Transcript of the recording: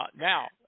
Now